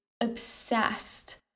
obsessed